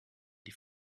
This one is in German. die